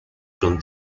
from